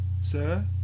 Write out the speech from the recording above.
Sir